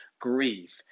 grieve